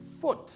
foot